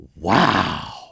wow